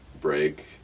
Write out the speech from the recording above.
break